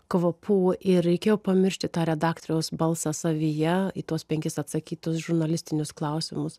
kvapų ir reikėjo pamiršti tą redaktoriaus balsą savyje į tuos penkis atsakytus žurnalistinius klausimus